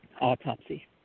Autopsy